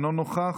אינו נוכח,